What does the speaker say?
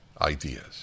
ideas